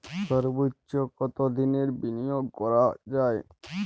সর্বোচ্চ কতোদিনের বিনিয়োগ করা যায়?